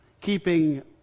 Keeping